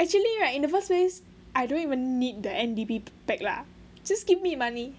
actually right in the first place I don't even need the N_D_P bag lah just give me money